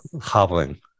hobbling